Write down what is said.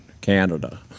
Canada